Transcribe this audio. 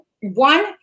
one